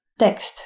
tekst